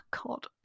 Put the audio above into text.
God